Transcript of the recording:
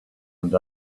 and